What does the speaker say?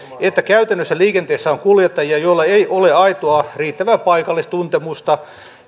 että käytännössä liikenteessä on kuljettajia joilla ei ole aitoa riittävää paikallistuntemusta